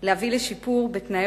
להביא לשיפור בתנאי